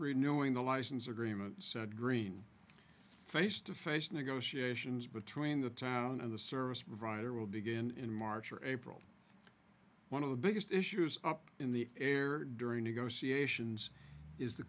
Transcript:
knowing the license agreement said greene face to face negotiations between the town and the service provider will begin in march or april one of the biggest issues up in the air during negotiations is the